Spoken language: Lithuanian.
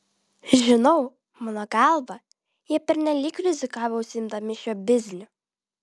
žinau mano galva jie pernelyg rizikavo užsiimdami šiuo bizniu